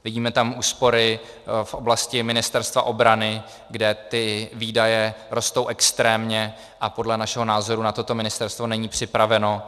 Vidíme tam úspory v oblasti Ministerstva obrany, kde ty výdaje rostou extrémně, a podle našeho názoru na toto Ministerstvo není připraveno.